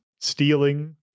stealing